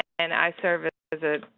and i serve as the